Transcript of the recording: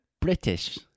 British